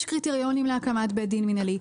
יש קריטריונים להקמת בית דין מנהלי.